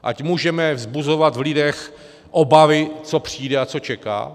Ať můžeme vzbuzovat v lidech obavy, co přijde a co čeká?